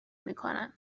میکنن